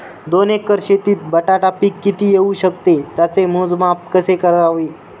दोन एकर शेतीत बटाटा पीक किती येवू शकते? त्याचे मोजमाप कसे करावे?